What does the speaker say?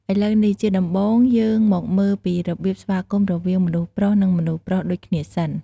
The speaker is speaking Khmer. ឥឡូវនេះ ជាដំបូង យើងមកមើលពីរបៀបស្វាគមន៍រវាងមនុស្សប្រុស និង មនុស្សប្រុសដូចគ្នាសិន។